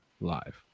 live